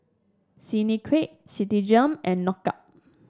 Clinique Citigem and Knockout